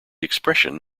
expression